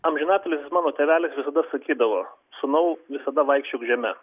amžina atilsį mano tėvelis visada sakydavo sūnau visada vaikščiok žeme